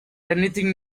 anything